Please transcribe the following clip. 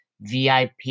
VIP